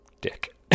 dick